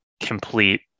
complete